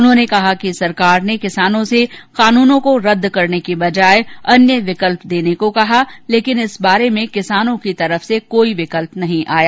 उन्होंने कहा कि सरकार ने किसानों से कानूनों को रद्द करने की बजाय अन्य विकल्प देने को कहा लेकिन इस बारे में किसानों की तरफ से कोई विकल्प नहीं आया